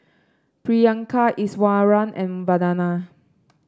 Priyanka Iswaran and Vandana